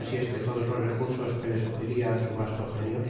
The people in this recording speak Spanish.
asi es que todos los recursos que le sujeria su vasto genio